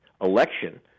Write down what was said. election